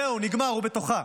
זהו, נגמר, הוא בתוכה.